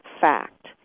fact